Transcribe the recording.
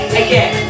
again